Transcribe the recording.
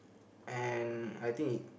and I think it